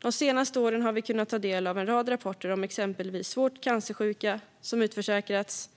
De senaste åren har vi kunnat ta del av en rad rapporter om exempelvis svårt cancersjuka som utförsäkrats